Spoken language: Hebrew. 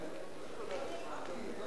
חברות וחברי הכנסת, אני מודיע